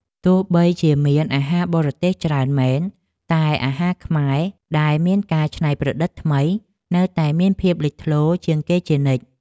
ទោះបីជាមានអាហារបរទេសច្រើនមែនតែអាហារខ្មែរដែលមានការច្នៃប្រឌិតថ្មីនៅតែមានភាពលេចធ្លោជាងគេជានិច្ច។